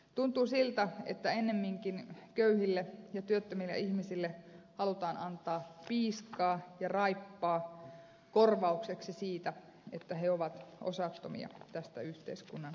tuntuu siltä että ennemminkin köyhille ja työttömille ihmisille halutaan antaa piiskaa ja raippaa korvaukseksi siitä että he ovat osattomia tästä yhteiskunnan hyvinvoinnista